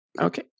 Okay